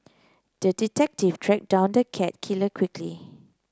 the detective tracked down the cat killer quickly